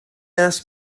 asked